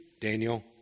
Daniel